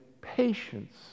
patience